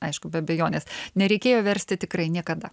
aišku be abejonės nereikėjo versti tikrai niekada